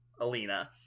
Alina